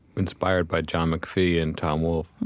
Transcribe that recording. inspired by john mcphee and tom wolfe.